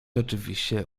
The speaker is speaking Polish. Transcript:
oczywiście